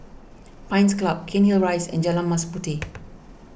Pines Club Cairnhill Rise and Jalan Mas Puteh